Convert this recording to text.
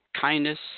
kindness